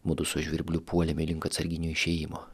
mudu su žvirbliu puolėme link atsarginio išėjimo